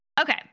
Okay